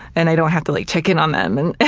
and i don't have to like check in on them and